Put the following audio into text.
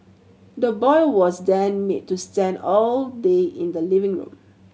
the boy was then made to stand all day in the living room